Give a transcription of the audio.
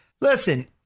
Listen